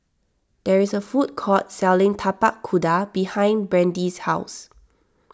there is a food court selling Tapak Kuda behind Brandi's house